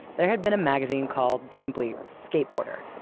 there had been a magazine called simply skateboarder.